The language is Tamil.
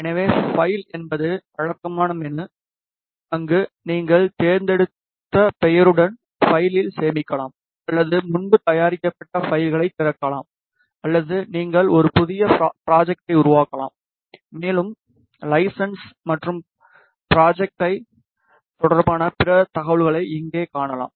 எனவே ஃபைல் என்பது வழக்கமான மெனு அங்கு நீங்கள் தேர்ந்தெடுத்த பெயருடன் ஃபைலில் சேமிக்கலாம் அல்லது முன்பு தயாரிக்கப்பட்ட ஃபைல்களைத் திறக்கலாம் அல்லது நீங்கள் ஒரு புதிய ஃப்ராஜேடை உருவாக்கலாம் மேலும் லைசன்ஸ் மற்றும் ஃப்ராஜேடை தொடர்பான பிற தகவல்களை இங்கே காணலாம்